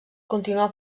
continuà